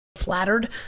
flattered